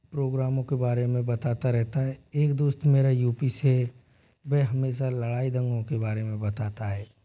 प्रोग्रामों के बारे में बताता रहता है एक दोस्त मेरा यू पी से वह हमेशा लड़ाई दंगों के बारे में बताता है